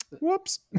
whoops